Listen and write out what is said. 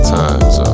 times